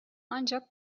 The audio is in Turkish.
ancak